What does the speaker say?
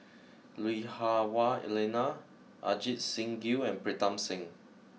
Lui Hah Wah Elena Ajit Singh Gill and Pritam Singh